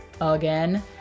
again